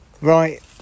Right